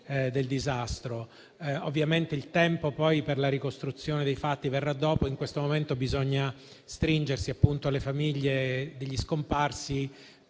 del disastro. Ovviamente la ricostruzione dei fatti verrà dopo. In questo momento bisogna stringersi alle famiglie degli scomparsi,